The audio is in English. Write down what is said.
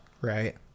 right